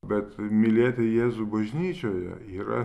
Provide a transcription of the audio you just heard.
bet mylėti jėzų bažnyčioje yra